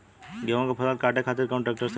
गेहूँक फसल कांटे खातिर कौन ट्रैक्टर सही ह?